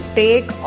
take